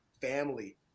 family